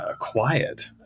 quiet